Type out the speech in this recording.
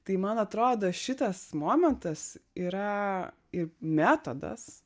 tai man atrodo šitas momentas yra ir metodas